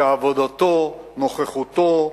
שעבודתו, נוכחותו,